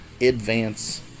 advance